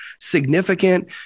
significant